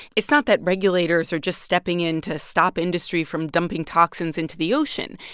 it's not that regulators are just stepping in to stop industry from dumping toxins into the ocean.